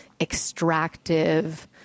extractive